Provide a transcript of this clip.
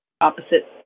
opposite